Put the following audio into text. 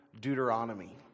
Deuteronomy